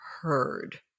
heard